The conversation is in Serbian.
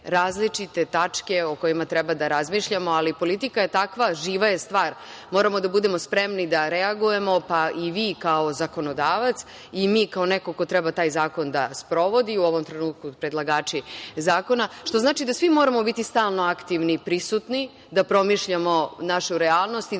različite tačke o kojima treba da razmišljamo, ali politika je takva, živa je stvar. Moramo da budemo spremni da reagujemo, pa i vi, kao zakonodavac, i mi kao neko ko treba taj zakon da sprovodi, u ovom trenutku predlagači zakona, što znači da svi moramo biti stalno aktivni, prisutni, da promišljamo našu realnost i